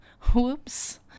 Whoops